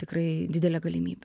tikrai didelė galimybė